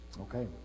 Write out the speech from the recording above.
Okay